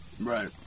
right